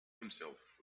himself